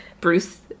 Bruce